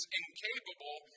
incapable